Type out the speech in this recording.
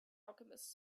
alchemist